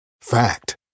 Fact